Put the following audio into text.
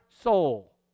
soul